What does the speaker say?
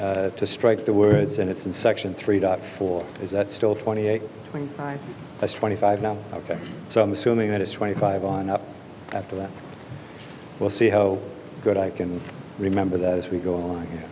to strike the words and it's in section three dot four is that still twenty eight point nine twenty five now ok so i'm assuming that it's twenty five on up after that we'll see how good i can remember that as we go on